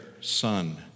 son